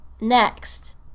Next